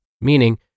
meaning